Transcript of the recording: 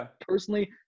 personally